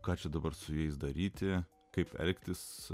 ką čia dabar su jais daryti kaip elgtis